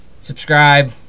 subscribe